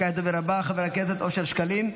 כעת הדובר הבא, חבר הכנסת אושר שקלים,